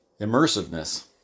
immersiveness